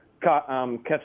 catch